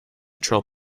troll